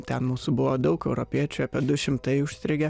ten mūsų buvo daug europiečių apie du šimtai užstrigę